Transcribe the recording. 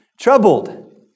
Troubled